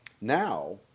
Now